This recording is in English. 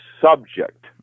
subject